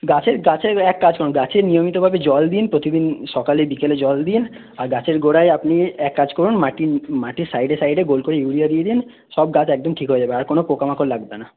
গাছের গাছের এক কাজ করুন গাছে নিয়মিতভাবে জল দিন প্রতিদিন সকালে বিকেলে জল দিন আর গাছের গোড়ায় আপনি এক কাজ করুন মাটির মাটির সাইডে সাইডে গোল করে ইউরিয়া দিয়ে দিন সব গাছ একদম ঠিক হয়ে যাবে আর কোন পোকামাকড় লাগবে না